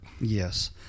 Yes